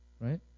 Right